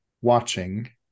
watching